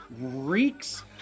reeks